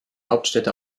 hauptstädte